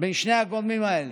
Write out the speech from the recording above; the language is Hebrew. בין שני הגורמים האלה,